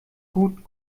gut